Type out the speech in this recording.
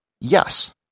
yes